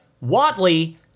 Watley